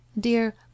Dear